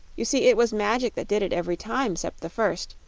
you see it was magic that did it every time cept the first,